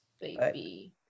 Baby